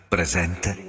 Presente